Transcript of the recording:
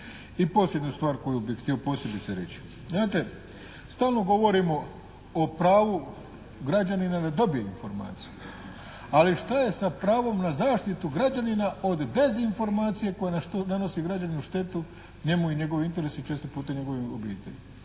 I posljednja stvar koju bi htio posebice reći. Znate stalno govorimo o pravu građanina da dobije informaciju, ali šta je sa pravom na zaštitu građanina od dezinformacije koja donosi građaninu štetu, njemu i njegovim interesima i često puta njegovoj obitelji.